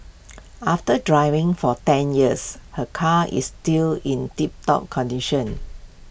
after driving for ten years her car is still in tiptop condition